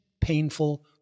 painful